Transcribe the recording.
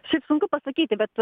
šiaip sunku pasakyti bet